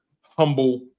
humble